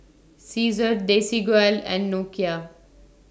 Cesar Desigual and Nokia